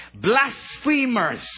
Blasphemers